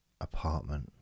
apartment